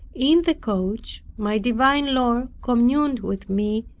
in the coach, my divine lord communed with me,